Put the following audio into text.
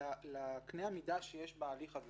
לקנה המידה שיש בהליך הזה.